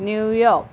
new York